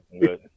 Good